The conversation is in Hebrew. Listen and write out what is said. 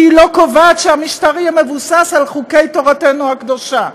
כי היא לא קובעת שהמשטר יהיה מבוסס על חוקי תורתנו הקדושה,